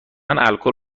الکل